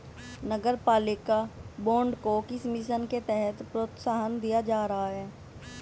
नगरपालिका बॉन्ड को किस मिशन के तहत प्रोत्साहन दिया जा रहा है?